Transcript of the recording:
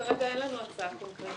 כרגע אין לנו הצעה קונקרטית.